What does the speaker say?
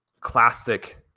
classic